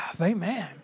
Amen